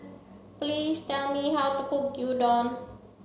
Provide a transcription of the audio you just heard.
please tell me how to cook Gyudon